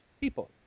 people